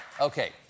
Okay